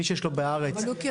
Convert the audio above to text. מי שיש לו בארץ אימא,